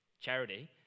charity